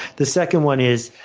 the second one is,